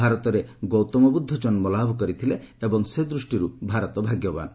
ଭାରତରେ ଗୌତମ ବୁଦ୍ଧ ଜନ୍କଲାଭ କରିଥିଲେ ଏବଂ ସେ ଦୃଷ୍ଟିର୍ ଭାରତ ଭାଗ୍ୟବାନ୍